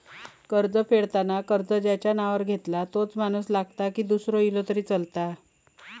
कर्ज फेडताना कर्ज ज्याच्या नावावर घेतला तोच माणूस लागता की दूसरो इलो तरी चलात?